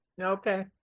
Okay